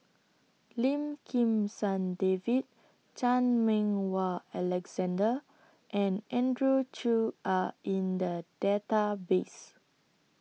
Lim Kim San David Chan Meng Wah Alexander and Andrew Chew Are in The Database